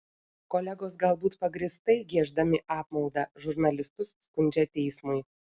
kolegos galbūt pagrįstai gieždami apmaudą žurnalistus skundžia teismui